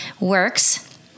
works